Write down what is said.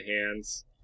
hands